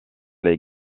les